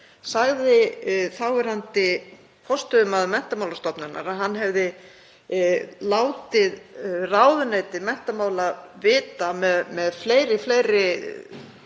sagði þáverandi forstöðumaður Menntamálastofnunar að hann hefði látið ráðuneyti menntamála vita með fleiri bréfum